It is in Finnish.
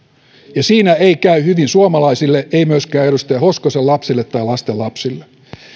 ja siinä ei käy hyvin suomalaisille ei myöskään edustaja hoskosen lapsille tai lastenlapsille